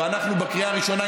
ובקריאה הראשונה,